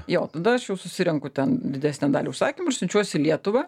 jo tada aš jau susirenku ten didesnę dalį užsakymų ir siunčiuos lietuvą